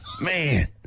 Man